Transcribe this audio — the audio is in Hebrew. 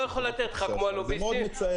זה מאוד מצער.